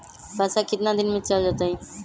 पैसा कितना दिन में चल जतई?